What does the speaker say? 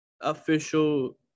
official